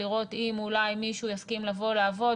לראות אם אולי מישהו יסכים לבוא לעבוד,